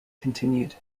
continued